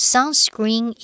Sunscreen